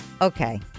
Okay